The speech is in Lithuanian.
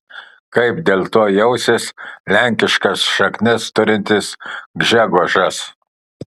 kaip dėl to jausis lenkiškas šaknis turintis gžegožas